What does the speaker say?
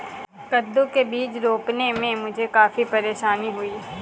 कद्दू के बीज रोपने में मुझे काफी परेशानी हुई